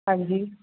हांजी